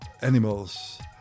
animals